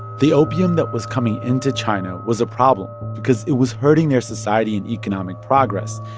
the opium that was coming into china was a problem because it was hurting their society and economic progress.